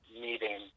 meeting